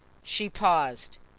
she paused.